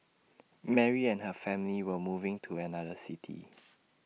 Mary and her family were moving to another city